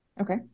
Okay